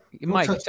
Mike